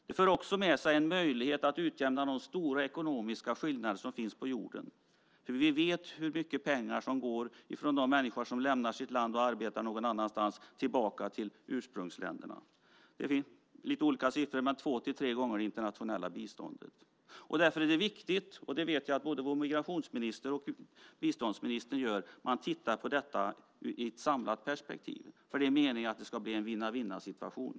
Det för också med sig en möjlighet att utjämna de stora ekonomiska skillnader som finns på jorden. Vi vet hur mycket pengar som går från de människor som lämnar sitt land och arbetar någon annanstans tillbaka till ursprungsländerna. Det finns lite olika siffror, men det är två tre gånger så mycket som det internationella biståndet. Därför är det viktigt att titta på detta i ett samlat perspektiv. Jag vet att både vår migrationsminister och vår biståndsminister gör detta. Det är meningen att det ska bli en vinna-vinna-situation.